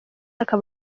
akaba